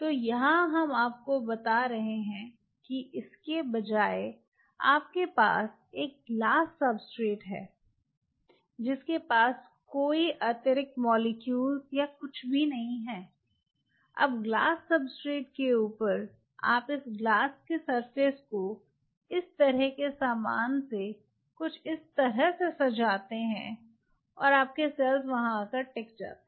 तो यहाँ हम आपको बता रहे हैं कि इसके बजाय आपके पास एक ग्लास सब्सट्रेट है जिसके पास कोई अतिरिक्त मॉलिक्यूल या कुछ भी नहीं है अब ग्लास सब्सट्रेट के ऊपर आप इस ग्लास की सरफेस को इस तरह के सामान से कुछ इस तरह से सजाते हैं और आपके सेल्स वहाँ आकर टिक जाते हैं